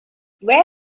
where